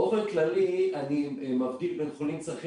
באופן כללי אני מבדיל בין חולים עם צרכים